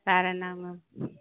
வேறு என்ன மேம்